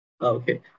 Okay